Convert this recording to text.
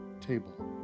table